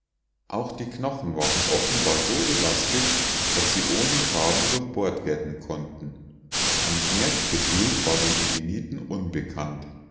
auch die knochen waren offenbar so elastisch daß sie ohne schaden durchbohrt werden konnten ein schmerzgefühl war den edeniten unbekannt